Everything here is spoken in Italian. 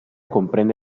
comprende